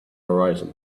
horizon